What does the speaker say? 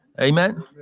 Amen